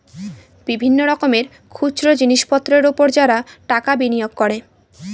বিভিন্ন রকমের খুচরো জিনিসপত্রের উপর যারা টাকা বিনিয়োগ করে